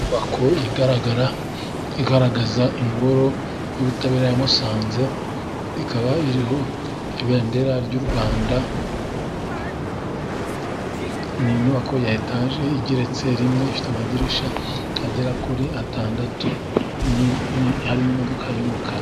Inyubako igaragara igaragaza ingoro y'ubutabera ya Musanze, ikaba iriho ibendera ry'u Rwanda. Ni inyubako ya etaje igeretse rimwe ifite amadirishya agera kuri atandatu, hari n' imodoka y'umukara.